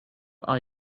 are